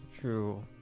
True